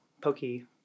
pokey